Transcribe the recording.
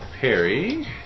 Perry